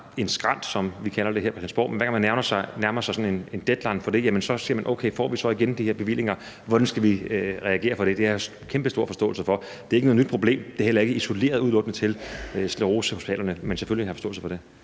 en skrænt, som vi kalder det her på Christiansborg, altså sådan en deadline for det, spørger: Okay, får vi så igen de her bevillinger? Og hvordan skal vi reagere på det? Det har jeg kæmpestor forståelse for. Det er ikke noget nyt problem, og det er heller ikke udelukkende isoleret til sklerosehospitalerne. Men selvfølgelig har jeg forståelse for det.